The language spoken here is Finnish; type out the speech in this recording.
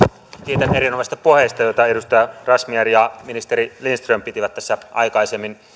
kiitän erinomaisista puheista joita edustaja razmyar ja ministeri lindström pitivät tässä aikaisemmin